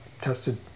tested